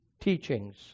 teachings